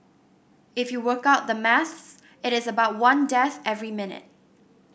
if you work out the maths it is about one death every minute